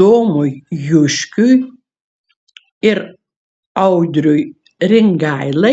domui juškiui ir audriui ringailai